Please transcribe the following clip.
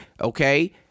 okay